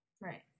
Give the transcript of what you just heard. Right